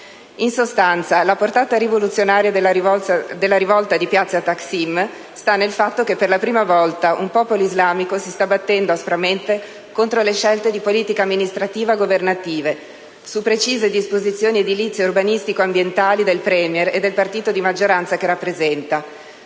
In sostanza, la portata rivoluzionaria della rivolta di piazza Taksim, sta nel fatto che per la prima volta un popolo islamico si sta battendo aspramente contro le scelte governative di politica amministrativa, su precise disposizioni edilizie e urbanistico-ambientali del *Premier* e del partito di maggioranza che rappresenta.